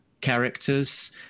characters